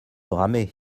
ramer